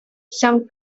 some